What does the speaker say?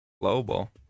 Global